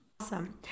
Awesome